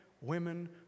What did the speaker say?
women